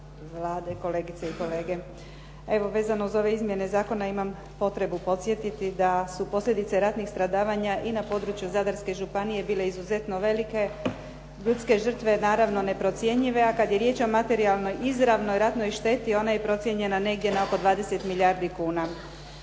Vlade, kolegice i kolege. Evo vezano za ove izmjene zakona imam potrebu podsjetiti da su posljedice ratnih stradavanja i na području Zadarske županije bile izuzetno velike, ljudske žrtve naravno neprocjenjive a kada je riječ o materijalnoj izravnoj ratnoj šteti ona je procijenjena negdje na oko 20 milijardi kuna.